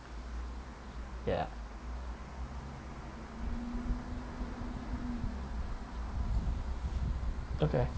ya okay